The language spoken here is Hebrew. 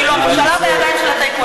כאילו הממשלה בידיים של הטייקונים.